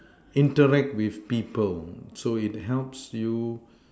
interact with people so it helps you